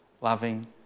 loving